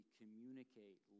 communicate